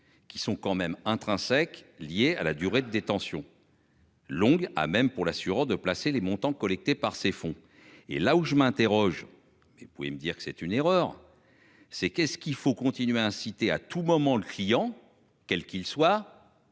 qui sont quand même intrinsèque lié à la durée de détention. Longue a même pour l'assurance de placer les montants collectés par ces fonds et là où je m'interroge. Mais vous pouvez me dire que c'est une erreur. C'est qu'est-ce qu'il faut continuer à inciter à tout moment le client quel qu'il soit.